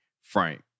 Frank